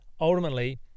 ultimately